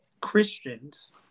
Christians